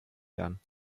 werden